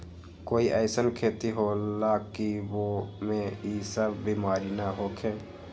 कोई अईसन खेती होला की वो में ई सब बीमारी न होखे?